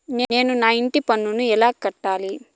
నేను నా ఇంటి పన్నును ఎలా కట్టాలి?